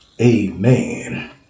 Amen